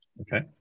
Okay